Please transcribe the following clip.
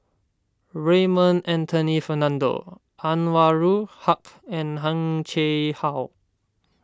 Raymond Anthony Fernando Anwarul Haque and Heng Chee How